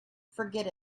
forget